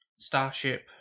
starship